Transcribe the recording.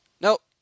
Nope